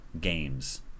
games